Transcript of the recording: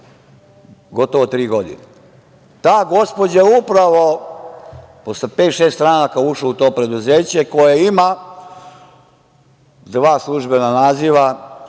gotovo tri godine. Ta gospođa je upravo posle pet, šest stranaka ušla u to preduzeće, koje ima dva službena naziva,